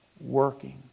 working